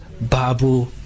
Babu